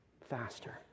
faster